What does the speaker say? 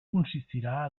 consistirà